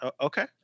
okay